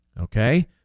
Okay